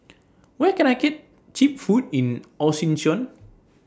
Where Can I get Cheap Food in Asuncion